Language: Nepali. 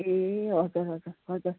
ए हजुर हजुर हजुर